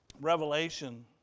Revelation